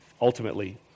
ultimately